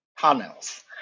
tunnels